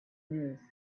news